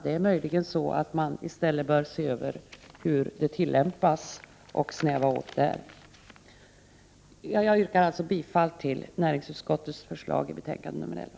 Man bör möjligen i stället se över hur lagen tillämpas och skärpa kraven i det avseendet. Jag yrkar således bifall till hemställan i näringsutskottets betänkande nr 11.